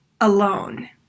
alone